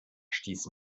stieß